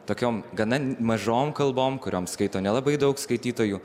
tokiom gana mažom kalbom kurioms skaito nelabai daug skaitytojų